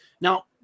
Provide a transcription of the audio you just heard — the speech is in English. Now